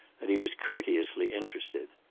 and he was courteously interested.